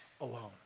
alone